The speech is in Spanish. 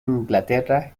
inglaterra